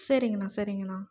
சரிங்கண்ணா சரிங்கண்ணா